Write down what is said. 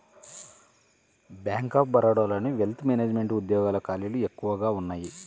bank of బరోడాలోని wealth management ఉద్యోగాల ఖాళీలు ఎక్కువగా ఉన్నయ్యి